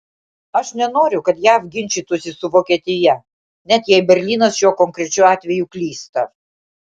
aš nenoriu kad jav ginčytųsi su vokietija net jei berlynas šiuo konkrečiu atveju klysta